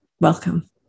welcome